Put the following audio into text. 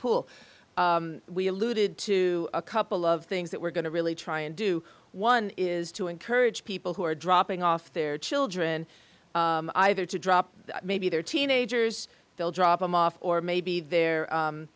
pool we alluded to a couple of things that we're going to really try and do one is to encourage people who are dropping off their children either to drop maybe their teenagers they'll drop them off or maybe they're